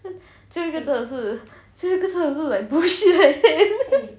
最后一个真的是最后一个真的是 like bullshit like that